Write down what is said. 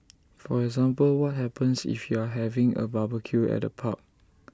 for example what happens if you're having A barbecue at A park